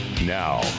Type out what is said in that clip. Now